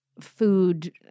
food